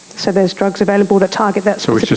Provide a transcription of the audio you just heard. so there's drugs available that targets that so sort of